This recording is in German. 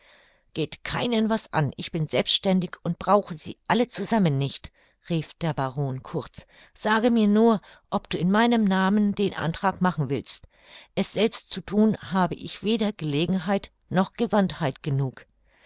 geht keinen was an ich bin selbständig und brauche sie alle zusammen nicht rief der baron kurz sage mir nur ob du in meinem namen den antrag machen willst es selbst zu thun habe ich weder gelegenheit noch gewandtheit genug